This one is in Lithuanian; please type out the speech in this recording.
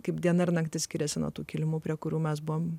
kaip diena ir naktis skiriasi nuo tų kilimų prie kurių mes buvome